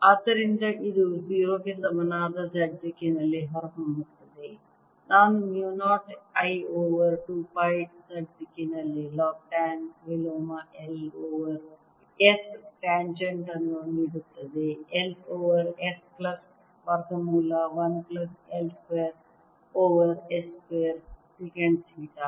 ಆದ್ದರಿಂದ ಇದು 0 ಗೆ ಸಮನಾದ z ನಲ್ಲಿ ಹೊರಹೊಮ್ಮುತ್ತದೆ ನಾನು mu 0 I over 2 pi Z ದಿಕ್ಕಿನಲ್ಲಿ ಲಾಗ್ ಟ್ಯಾನ್ ವಿಲೋಮ L ಓವರ್ S ಟೆನ್ಜೆಂಟ್ ಅನ್ನು ನೀಡುತ್ತದೆ L ಓವರ್ S ಪ್ಲಸ್ ವರ್ಗಮೂಲ 1 plus L square over S square secant theta